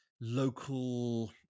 local